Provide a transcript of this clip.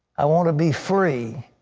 i want to be free.